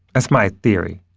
that's my theory